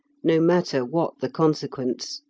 no matter what the consequence.